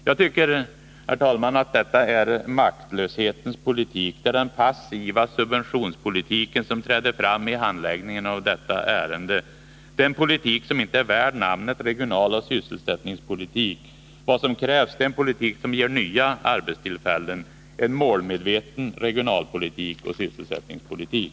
Jag tycker, herr talman, att detta är en maktlöshetens politik. Det är den passiva subventionspolitiken som träder fram i handläggningen av detta ärende. Det är en politik som inte är värd namnet regionaloch sysselsättningspolitik. Vad som krävs är en politik som ger nya arbetstillfällen, en målmedveten regionalpolitik och sysselsättningspolitik.